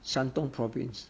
山东 province